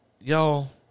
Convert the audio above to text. y'all –